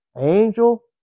angel